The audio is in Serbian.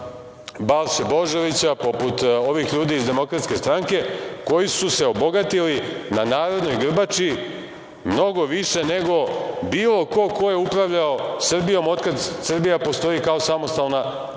Balše Božovića, poput ovih ljudi iz DS koji su se obogatili na narodnoj grbači mnogo više nego bilo ko ko je upravljao Srbijom otkad Srbija postoji kao samostalna